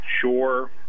Sure